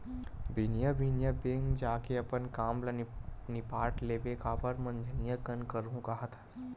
बिहनिया बिहनिया बेंक जाके अपन काम ल निपाट लेबे काबर मंझनिया कन करहूँ काहत हस